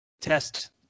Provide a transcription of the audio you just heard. test